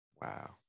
Wow